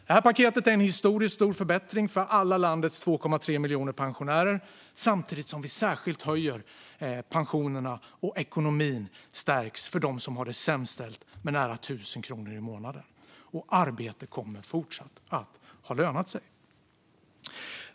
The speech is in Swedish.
Det här paketet är en historiskt stor förbättring för alla landets 2,3 miljoner pensionärer, samtidigt som vi särskilt höjer pensionerna och stärker ekonomin för dem som har det sämst ställt med nära 1 000 kronor i månaden. Arbete kommer fortsatt att ha lönat sig.